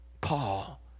Paul